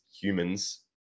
humans